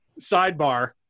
sidebar